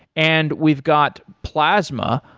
and we've got plasma,